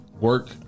work